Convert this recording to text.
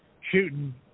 shooting